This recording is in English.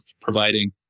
providing